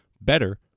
better